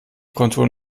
konturen